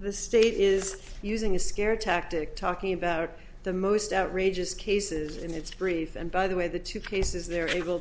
the state is using a scare tactic talking about the most outrageous cases in its brief and by the way the two cases they're able